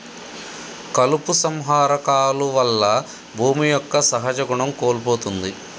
కలుపు సంహార కాలువల్ల భూమి యొక్క సహజ గుణం కోల్పోతుంది